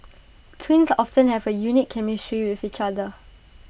twins often have A unique chemistry with each other